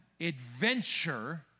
adventure